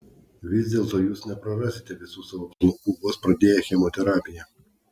vis dėlto jūs neprarasite visų savo plaukų vos pradėję chemoterapiją